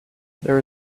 there